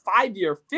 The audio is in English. five-year